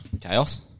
Chaos